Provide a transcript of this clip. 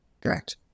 Correct